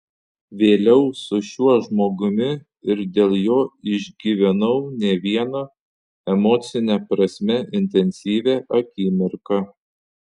vėliau su šiuo žmogumi ir dėl jo išgyvenau ne vieną emocine prasme intensyvią akimirką